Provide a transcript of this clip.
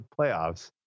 playoffs